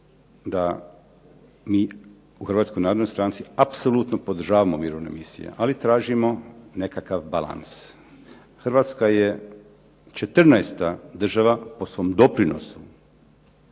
da mi u Hrvatskoj narodnoj stranci apsolutno podržavamo mirovne misije, ali tražimo nekakav balans. Hrvatska je 14 država po svom doprinosu